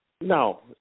No